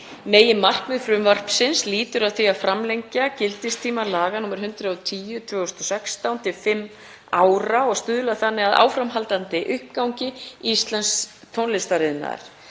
Meginmarkmið frumvarpsins lýtur að því að framlengja gildistíma laga nr. 110/2016 til fimm ára og stuðla þannig að áframhaldandi uppgangi íslensks tónlistariðnaðar.